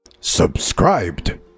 Subscribed